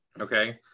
okay